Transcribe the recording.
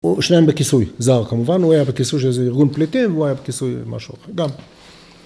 שניהם בכיסוי זר כמובן הוא היה בכיסוי של איזה ארגון פליטים והוא היה בכיסוי משהו אחר גם